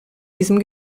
diesem